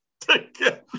together